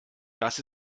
das